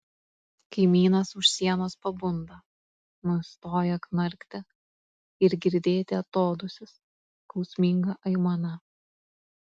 kaimynas už sienos pabunda nustoja knarkti ir girdėti atodūsis skausminga aimana